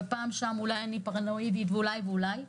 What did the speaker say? ופעם שם "אולי אני פרנואיד" ואולי ואולי ואולי,